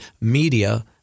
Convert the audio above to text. media